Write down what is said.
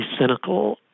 cynical